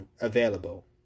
available